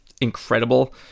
incredible